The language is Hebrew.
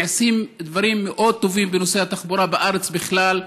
נעשים דברים מאוד טובים בנושא התחבורה בארץ בכלל,